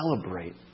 celebrate